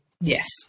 Yes